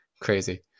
Crazy